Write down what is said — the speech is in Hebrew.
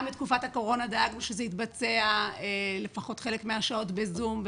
גם בתקופת הקורונה דאגנו שזה יתבצע לפחות חלק מהשעות בזום.